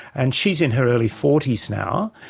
and she is in her early forty s now,